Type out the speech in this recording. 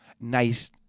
nice